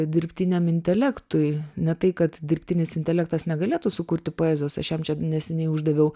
dirbtiniam intelektui ne tai kad dirbtinis intelektas negalėtų sukurti poezijos aš jam čia neseniai uždaviau